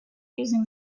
using